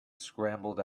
scrambled